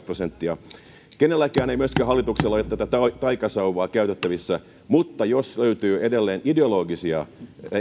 prosenttia ei kenelläkään ei myöskään hallituksella ole tätä taikasauvaa käytettävissä mutta jos löytyy edelleen ideologisia